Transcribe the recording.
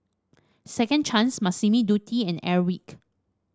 Second Chance Massimo Dutti and Airwick